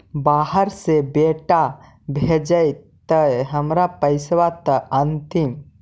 बाहर से बेटा भेजतय त हमर पैसाबा त अंतिम?